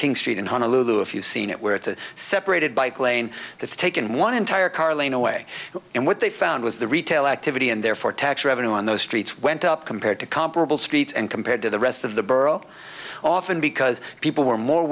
king street in honolulu if you seen it where it's a separated bike lane that's taken one entire car lane away and what they found was the retail activity and therefore tax revenue on those streets went up compared to comparable streets and compared to the rest of the borough often because people were more